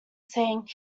saying